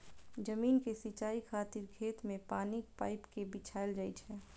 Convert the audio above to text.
जमीन के सिंचाइ खातिर खेत मे पानिक पाइप कें बिछायल जाइ छै